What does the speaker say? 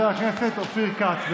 הכנסת אופיר כץ.